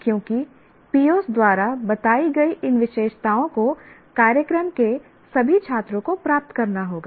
क्योंकि POs द्वारा बताई गई इन विशेषताओं को कार्यक्रम के सभी छात्रों को प्राप्त करना होगा